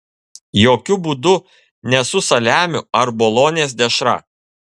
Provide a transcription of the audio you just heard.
jokiu būdu ne su saliamiu ar bolonės dešra